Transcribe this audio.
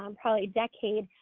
um probably decade,